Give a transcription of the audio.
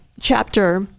chapter